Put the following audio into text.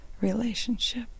relationship